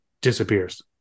disappears